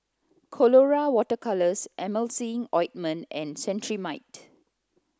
Colora water colours Emulsying Ointment and Cetrimide